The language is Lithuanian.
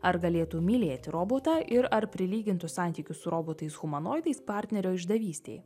ar galėtų mylėti robotą ir ar prilygintų santykius su robotais humanoidais partnerio išdavystei